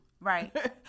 Right